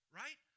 right